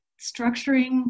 structuring